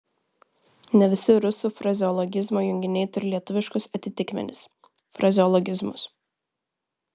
ne visi rusų frazeologizmo junginiai turi lietuviškus atitikmenis frazeologizmus